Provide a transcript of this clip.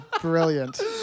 brilliant